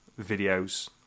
videos